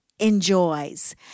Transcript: enjoys